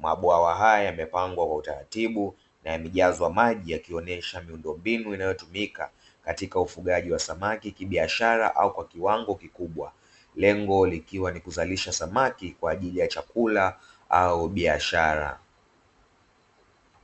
Mabwawa haya yamepangwa kwa utaratibu na yamejazwa maji yakionesha miundombinu inayotumika katika ufugaji wa samaki kibiashara au kwa kiwango kikubwa, lengo likiwa ni kuzalisha samaki kwa ajili ya chakula au biashara.